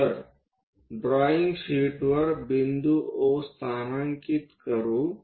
तर drawing sheet वर बिंदू O स्थानांकित करू